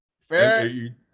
fair